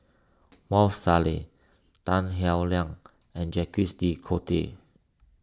Maarof Salleh Tan Howe Liang and Jacques De Coutre